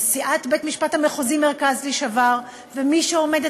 נשיאת בית-המשפט המחוזי מרכז לשעבר ומי שעומדת